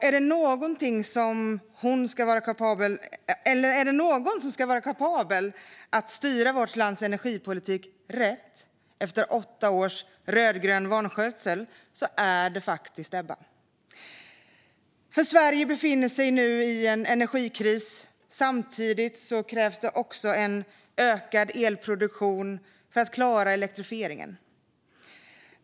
Är det någon som är kapabel att styra vårt lands energipolitik rätt efter åtta års rödgrön vanskötsel är det faktiskt Ebba. Sverige befinner sig i en energikris, och samtidigt krävs det en ökad elproduktion för att klara elektrifieringen.